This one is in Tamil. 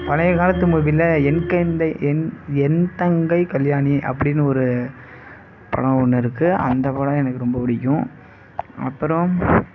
பழைய காலத்து மூவியில் என் கந்தை என் என் தங்கை கல்யாணி அப்படின்னு ஒரு படம் ஒன்று இருக்குது அந்த படம் எனக்கு ரொம்ப பிடிக்கும் அப்புறம்